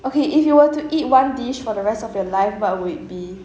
okay if you were to eat one dish for the rest of your life what would it be